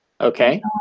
Okay